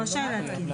4. (א)